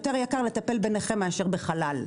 יותר יקר לטפל בנכה מאשר בחלל'.